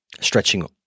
stretching